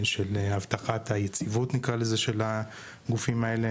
של הבטחת היציבות של הגופים האלה שמדובר עליו פה.